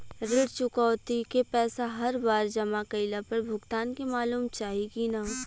ऋण चुकौती के पैसा हर बार जमा कईला पर भुगतान के मालूम चाही की ना?